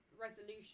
resolution